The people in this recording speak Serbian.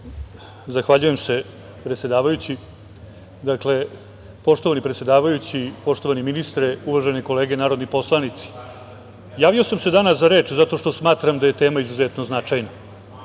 Zahvaljujem se, predsedavajući. Poštovani predsedavajući, poštovani ministre, uvažene kolege narodni poslanici javio sam se danas za reč zato što smatram da je tema izuzetno značajna.